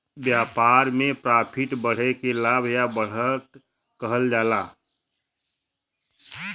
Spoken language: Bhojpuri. व्यापार में प्रॉफिट बढ़े के लाभ या बढ़त कहल जाला